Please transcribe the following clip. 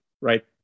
right